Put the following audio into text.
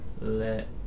Let